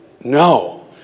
No